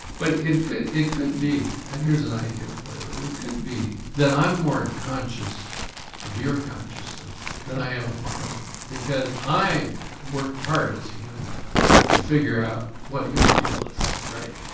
but it could it could be and here's an idea to play with. it could be that i'm more conscious of your consciousness than i am of my own because i work hard as a human to figure out what your deal is, right?